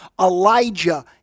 Elijah